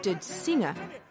singer